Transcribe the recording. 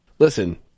Listen